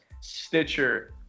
Stitcher